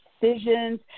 decisions